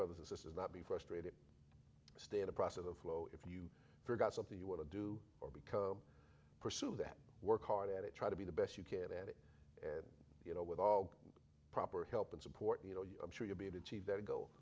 brothers and sisters not be frustrated stay in a process of flow if you forgot something you want to do or become pursue that work hard at it try to be the best you can and you know with all the proper help and support you know you i'm sure you'll be achieve that go